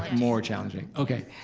more challenging, okay.